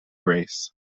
grace